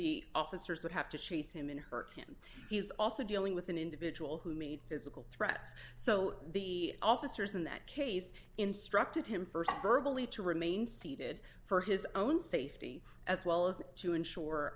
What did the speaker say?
the officers would have to chase him and hurt him he was also dealing with an individual who made physical threats so the officers in that case instructed him st verbal e to remain seated for his own safety as well as to